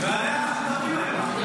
ועליה אנחנו מדברים היום.